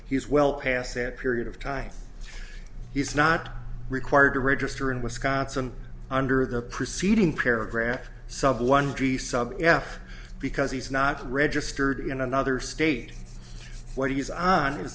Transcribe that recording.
he's well past that period of time he's not required to register in wisconsin under the preceding paragraph someone yeah because he's not registered in another state what he's on